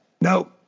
no